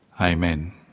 Amen